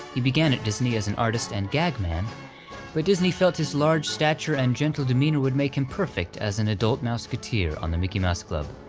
he began at disney as an artist and gag man, but disney felt his large stature and gentle demeanor would make him perfect as an adult mouseketeer on the mickey mouse club,